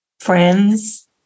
friends